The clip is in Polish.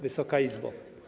Wysoka Izbo!